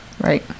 Right